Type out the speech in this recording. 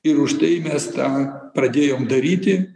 ir už tai mes tą pradėjom daryti